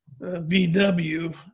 VW